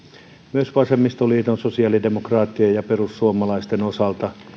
myös vasemmistoliiton sosiaalidemokraattien ja perussuomalaisten osalta